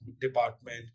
Department